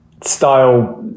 style